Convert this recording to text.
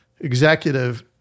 executive